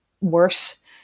worse